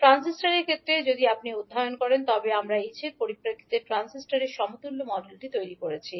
ট্রানজিস্টরের ক্ষেত্রে যদি আপনি অধ্যয়ন করেন তবে আমরা h এর পরিপ্রেক্ষিতে ট্রানজিস্টরের সমতুল্য মডেলটি তৈরি করেছি